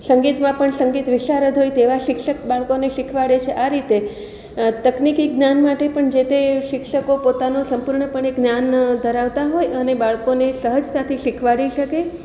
સંગીતમાં પણ સંગીત વિષારદ હોય તેવા શિક્ષક બાળકોને શિખવાડે છે આ રીતે તકનીકી જ્ઞાન માટે પણ જે તે શિક્ષકો પોતાનું સંપૂર્ણપણે જ્ઞાન ધરાવતા હોય અને બાળકોને સહજતાથી શીખવાડી શકે